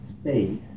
space